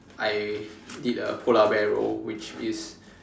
I did a polar bear roll which is